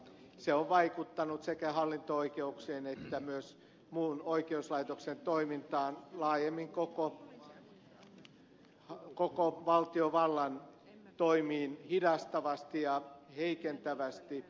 se on vaikuttanut sekä hallinto oikeuksien että myös muun oikeuslaitoksen toimintaan ja laajemmin koko valtiovallan toimiin hidastavasti ja heikentävästi